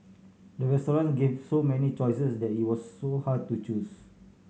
the restaurant gave so many choices that it was so hard to choose